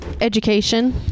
education